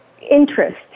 interest